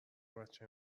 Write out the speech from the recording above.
بچه